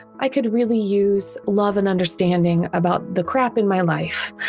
i could really use love and understanding about the crap in my life.